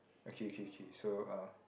okay okay okay so uh